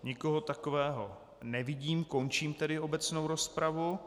Nikoho takového nevidím, končím tedy obecnou rozpravu.